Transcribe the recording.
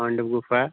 पांडव गुफा ऐ